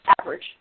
average